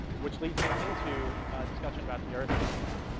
which leads me into discussion about the earth api.